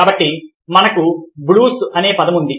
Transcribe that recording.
కాబట్టి మనకు బ్లూస్ అనే పదం ఉంది